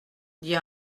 dit